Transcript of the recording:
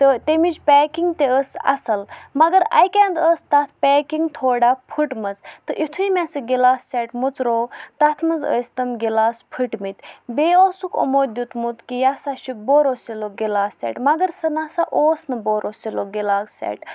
تہٕ تیٚمِچ پیکِنٛگ تہِ ٲس اَصٕل مگر اَکہِ اَندٕ ٲس تَتھ پیکِنٛگ تھوڑا پھٔٹمٕژ تہٕ اِتھُے مےٚ سُہ گِلاس سیٹ مٔژروو تَتھ منٛز ٲسۍ تِم گِلاس پھٔٹمٕتۍ بیٚیہِ اوسُکھ أمو دِیُٚتمُت کہِ یہِ ہَسا چھِ بوروسِلُک گِلاس سیٹ مگر سُہ نہ سا اوس نہٕ بوروسِلُک گِلاس سیٹ